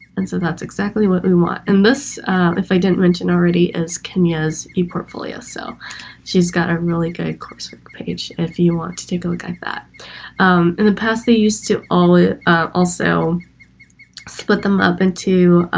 and so that's exactly what we want and this if i didn't mention already as kenya's eportfolio so she's got a really good course web page if you want to take a look like that in the past they used to all ah also split them up into